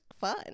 fun